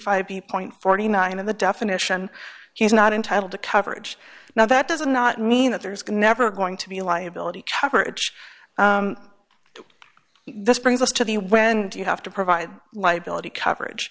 five b point forty nine in the definition he's not entitled to coverage now that does not mean that there is good never going to be a liability coverage this brings us to the when you have to provide liability coverage